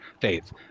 faith